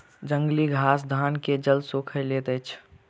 जंगली घास धान के जल सोइख लैत अछि